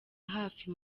hafi